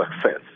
success